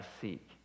seek